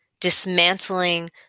dismantling